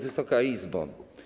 Wysoka Izbo!